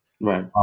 Right